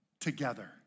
together